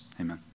Amen